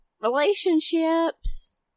relationships